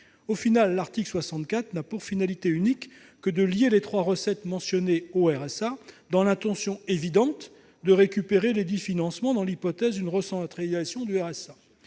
Au final, l'article 64 n'a pour seule finalité que de lier les trois recettes mentionnées au RSA, dans l'intention évidente de récupérer lesdits financements dans l'hypothèse d'une recentralisation du RSA.